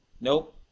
nope